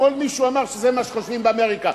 אתמול מישהו אמר שזה מה שחושבים באמריקה,